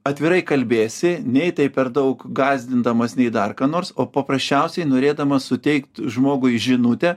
atvirai kalbėsi nei tai per daug gąsdindamas nei dar ką nors o paprasčiausiai norėdamas suteikt žmogui žinutę